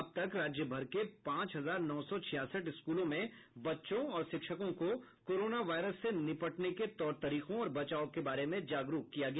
अब तक राज्यभर के पांच हजार नौ सौ छियासठ स्कूलों में बच्चों और शिक्षकों को कोरोना वायरस से निपटने के तौर तरीकों और बचाव के बारे में जागरूक किया गया